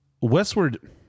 Westward